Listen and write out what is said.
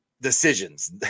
decisions